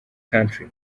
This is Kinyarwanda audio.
country